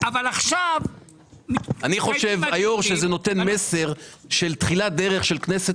אני חושב שזה נותן מסר של תחילת דרך של כנסת